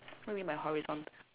what do you mean by horizontal